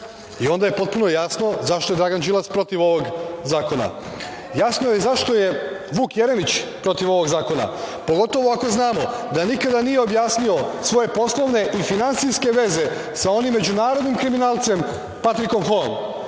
Onda je potpuno jasno zašto je Dragan Đilas protiv ovog zakona. Jasno je zašto je Vuk Jeremić, protiv ovog zakona, pogotovo ako znamo da nikada nije objasnio svoje poslovne i finansijske veze sa onim međunarodnim kriminalcem Patrikom Hoom,